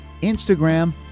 Instagram